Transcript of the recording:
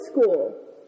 school